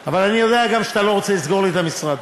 אבל אני יודע גם שאתה לא רוצה לסגור לי את המשרד.